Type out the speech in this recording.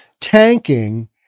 tanking